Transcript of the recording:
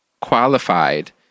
qualified